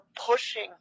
pushing